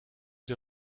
der